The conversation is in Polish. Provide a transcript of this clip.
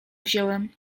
wziąłem